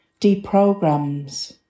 deprograms